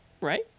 right